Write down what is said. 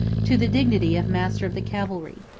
to the dignity of master of the cavalry.